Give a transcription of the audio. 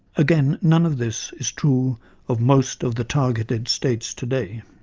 again, none of this is true of most of the targeted states today.